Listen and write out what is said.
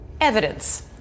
Evidence